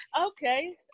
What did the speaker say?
Okay